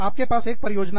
आपके पास एक परियोजना है